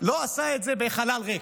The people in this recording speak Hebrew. לא עשה את זה בחלל ריק.